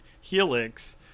Helix